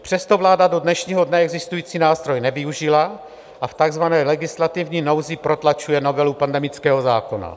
Přesto vláda do dnešního dne existující nástroj nevyužila a v takzvané legislativní nouzi protlačuje novelu pandemického zákona.